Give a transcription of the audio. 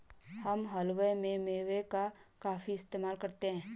हम हलवे में मेवे का काफी इस्तेमाल करते हैं